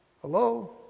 Hello